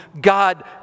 God